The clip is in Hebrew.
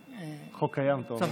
שהחוק קיים, אתה אומר.